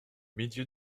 milieu